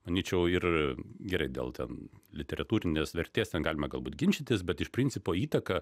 manyčiau ir gerai gal ten literatūrinės vertės ten galima galbūt ginčytis bet iš principo įtaka